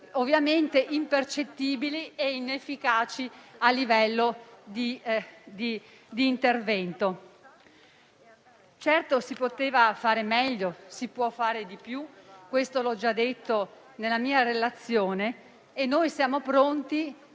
ovviamente impercettibili e inefficaci a livello di intervento. Certo, si poteva fare meglio. Si può fare di più - come ho già detto nella mia relazione - e noi siamo pronti